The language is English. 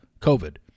COVID